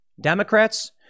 Democrats